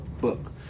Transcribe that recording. book